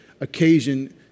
occasion